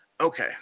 Okay